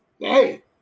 Hey